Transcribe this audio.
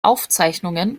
aufzeichnungen